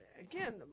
Again